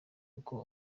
uko